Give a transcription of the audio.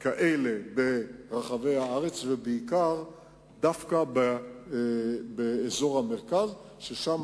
כאלה ברחבי הארץ, דווקא באזור המרכז, שבו